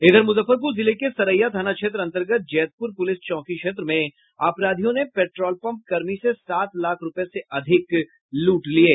इधर मुजफ्फरपुर जिले के सरैया थाना क्षेत्र अंतर्गत जैतपूर पूलिस चौकी क्षेत्र में अपराधियों ने पेट्रोल पंप कर्मी से सात लाख रूपये से अधिक लूट लिये